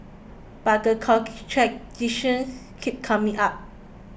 but the keeps coming up